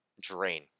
drain